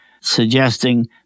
suggesting